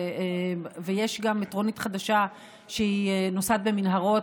ויש גם מטרונית חדשה שנוסעת במנהרות